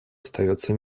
остается